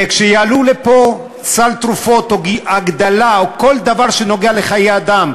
וכשיעלו לפה את סל התרופות או הגדלה או כל דבר שנוגע לחיי אדם,